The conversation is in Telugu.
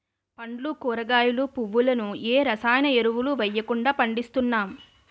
పండ్లు కూరగాయలు, పువ్వులను ఏ రసాయన ఎరువులు వెయ్యకుండా పండిస్తున్నాం